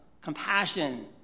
compassion